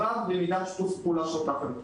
זה תלוי בחברה ובדפוס הפעולה של אותה חברה.